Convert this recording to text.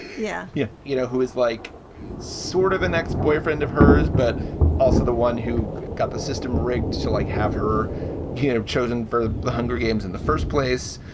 yeah. yeah. you know, who is like sort of an ex-boyfriend of hers, but also the one who got the system rigged. so like have her gear chosen for the hunger games in the first place.